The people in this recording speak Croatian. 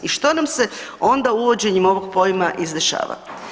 I što nam se onda uvođenjem ovog pojma izdešava?